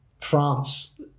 France